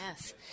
yes